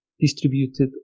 distributed